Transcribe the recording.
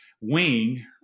wing